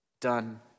done